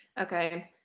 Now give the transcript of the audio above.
Okay